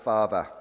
Father